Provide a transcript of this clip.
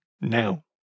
now